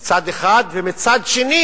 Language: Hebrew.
ומצד שני